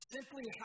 Simply